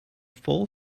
full